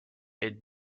est